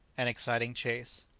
an exciting chase.